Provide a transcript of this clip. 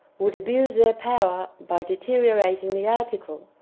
would abuse their power by deteriorating the article,